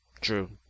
True